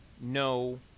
no